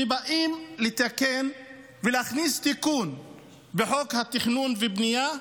כשבאים לתקן ולהכניס תיקון בחוק התכנון והבנייה,